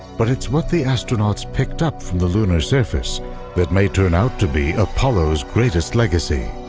but it's what the astronauts picked up from the lunar surface that may turn out to be apollo's greatest legacy.